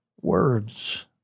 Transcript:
words